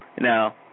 Now